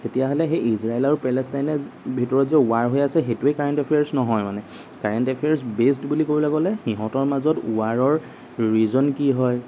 তেতিয়াহ'লে ইজৰাইল আৰু পেলেষ্টাইনে ভিতৰত যে ৱাৰ চলি আছে সেইটোৱেই কাৰেণ্ট এফেয়াৰ্চ নহয় মানে কাৰেণ্ট এফেয়াৰ্চ বেছড্ বুলি ক'বলৈ গ'লে সিহঁতৰ মাজত ৱাৰৰ ৰিজন কি হয়